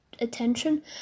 attention